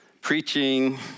preaching